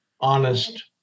honest